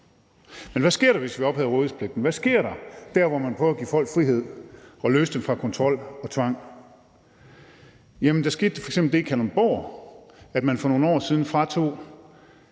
Men hvad sker der, hvis vi ophæver rådighedspligten? Hvad sker der dér, hvor man prøver at give folk frihed og løse dem fra kontrol og tvang? Ja, der skete f.eks. det i Kalundborg, at man for nogle år siden satte